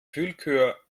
willkür